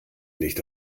nicht